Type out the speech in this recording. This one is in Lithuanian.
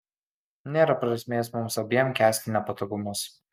nėra prasmės mums abiem kęsti nepatogumus